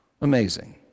Amazing